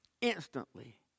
instantly